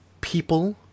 people